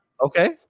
Okay